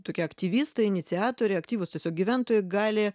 tokie aktyvistai iniciatoriai aktyvūs tiesiog gyventojai gali